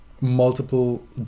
multiple